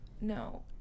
No